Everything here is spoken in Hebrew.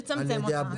לצמצם אותה.